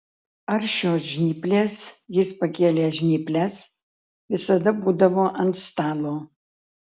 ar šios žnyplės jis pakėlė žnyples visada būdavo ant stalo